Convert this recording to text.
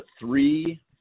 three